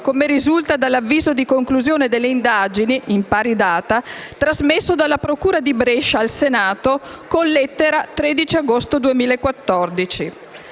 come risulta dall'avviso di conclusione delle indagini, in pari data, trasmesso dalla procura di Brescia al Senato con lettera in data 13 agosto 2014.